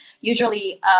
usually